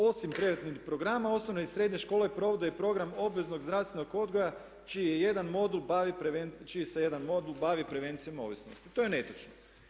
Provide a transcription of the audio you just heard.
Osim preventivnih programa osnovne i srednje škole provode i program obveznog zdravstvenog odgoja čiji se jedan modul bavi prevencijom ovisnosti." To je netočno.